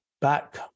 back